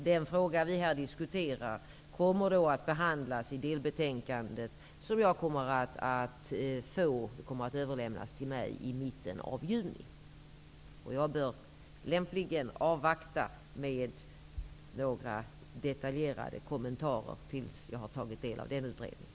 Den fråga vi här diskuterar kommer då att behandlas i det delbetänkande som kommer att överlämnas till mig i mitten av juni. Jag bör lämpligen avvakta med att göra några detaljerade kommentarer tills jag har tagit del av den utredningen.